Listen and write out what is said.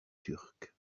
turque